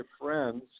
friends